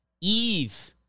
Eve